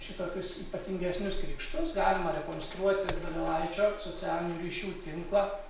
šitokius ypatingesnius krikštus galima rekonstruoti donelaičio socialinių ryšių tinklą